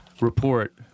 report